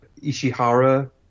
Ishihara